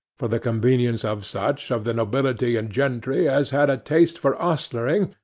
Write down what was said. for the convenience of such of the nobility and gentry as had a taste for ostlering,